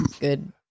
Good